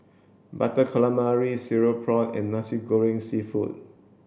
butter calamari cereal prawn and Nasi Goreng seafood